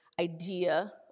idea